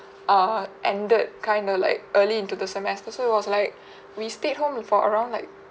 err ended kind of like early into the semester so it was like we stayed home for around like